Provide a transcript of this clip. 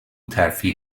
ترفیع